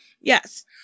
Yes